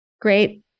Great